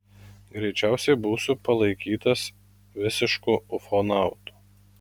greičiausiai būsiu palaikytas visišku ufonautu